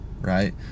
right